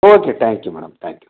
okay thank you madam thank you